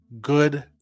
good